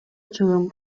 чыгым